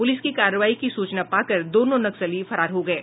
police की कार्रवाई की सूचना पाकर दोनों नक्सली फरार हो गये